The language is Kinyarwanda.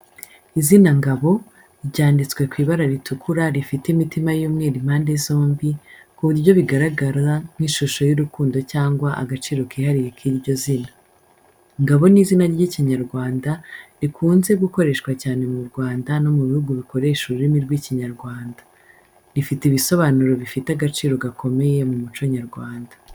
Izina Ngabo, ryanditswe ku ibara ritukura rifite imitima y’umweru impande zombi, ku buryo bigaragara nk’ishusho y’urukundo cyangwa agaciro kihariye k’iryo zina. Ngabo ni izina ry'Ikinyarwanda, rikunze gukoreshwa cyane mu Rwanda no mu bihugu bikoresha ururimi rw’Ikinyarwanda. Rifite ibisobanuro bifite agaciro gakomeye mu muco nyarwanda.